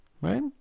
Right